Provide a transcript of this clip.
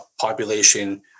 population